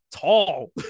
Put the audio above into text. tall